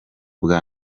bwa